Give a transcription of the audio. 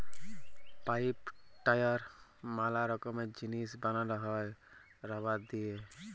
pipe, tyre ম্যালা রকমের জিনিস বানানো হ্যয় রাবার দিয়ে